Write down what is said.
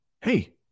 Hey